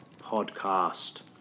podcast